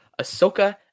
Ahsoka